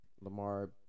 Lamar